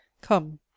come